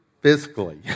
physically